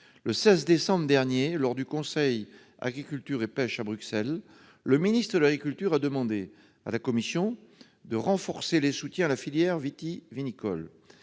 Le 16 décembre dernier, lors du Conseil Agriculture et pêche à Bruxelles, le ministre de l'agriculture a demandé à la Commission de renforcer les soutiens à la filière vitivinicole.